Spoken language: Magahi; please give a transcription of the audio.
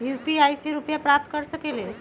यू.पी.आई से रुपए प्राप्त कर सकलीहल?